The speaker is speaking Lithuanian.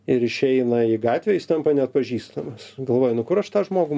ir išeina į gatvę jis tampa neatpažįstamas galvoju nu kur aš tą žmogų